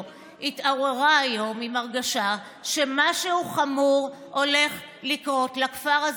התעוררה היום עם הרגשה שמשהו חמור הולך לקרות לכפר הזה'.